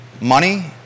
money